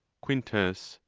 quintus.